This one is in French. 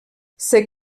ses